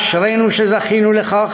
אשרינו שזכינו לזה.